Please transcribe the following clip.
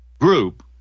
group